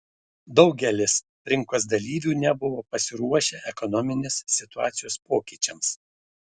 daugelis rinkos dalyvių nebuvo pasiruošę ekonominės situacijos pokyčiams